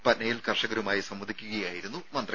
പറ്റ്നയിൽ കർഷകരുമായി സംവദിക്കുകയായിരുന്നു മന്ത്രി